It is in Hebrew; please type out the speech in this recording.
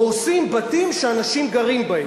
הורסים בתים שאנשים גרים בהם.